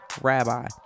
Rabbi